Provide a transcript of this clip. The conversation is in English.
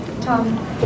Tom